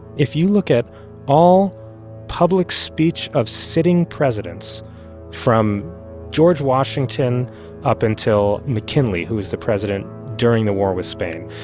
if you look at all public speech of sitting presidents from george washington up until mckinley, who is the president during the war with spain,